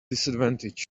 disadvantage